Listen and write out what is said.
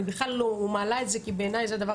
אני בכלל לא מעלה את זה כי בעיני זה דבר,